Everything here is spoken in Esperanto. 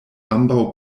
ambaŭ